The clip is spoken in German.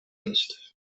nicht